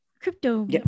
crypto